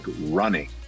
running